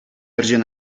арҫын